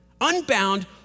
unbound